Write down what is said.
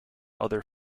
other